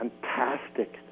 fantastic